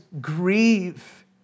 grieve